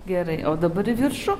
gerai o dabar į viršų